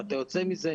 ואתה יוצא מזה.